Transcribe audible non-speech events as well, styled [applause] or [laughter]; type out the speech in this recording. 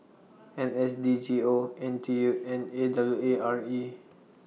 [noise] N S D G O N T U and A W A R E